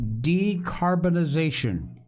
decarbonization